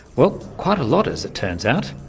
well, quite a lot as it turns out.